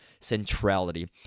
centrality